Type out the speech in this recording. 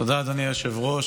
תודה, אדוני היושב-ראש.